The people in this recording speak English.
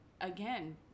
again